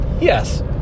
Yes